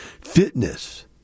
Fitness